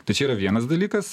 tai čia yra vienas dalykas